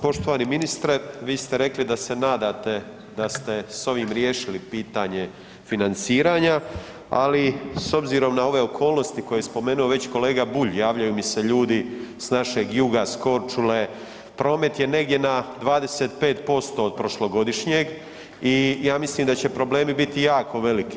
Poštovani ministre, vi ste rekli da se nadate da ste s ovim riješili pitanje financiranja, ali s obzirom na ove okolnosti koje je spomenuo već i kolega Bulj javljaju mi se ljudi s našeg juga, s Korčule, promet je negdje na 25% od prošlogodišnjeg i ja mislim da će problemi biti jako veliki.